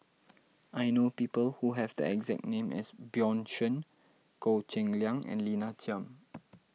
I know people who have the exact name as Bjorn Shen Goh Cheng Liang and Lina Chiam